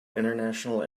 international